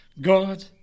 God